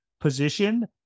Position